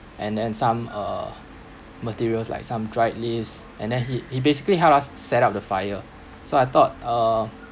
and then some uh materials like some dried leaves and then he he basically help us set up the fire so I thought uh